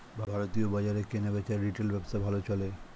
ভারতীয় বাজারে কেনাবেচার রিটেল ব্যবসা ভালো চলে